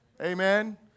Amen